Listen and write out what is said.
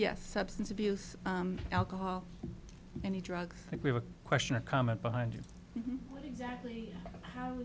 yes substance abuse alcohol and drugs like we have a question a comment behind what exactly how